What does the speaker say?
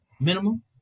minimum